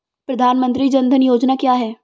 प्रधानमंत्री जन धन योजना क्या है?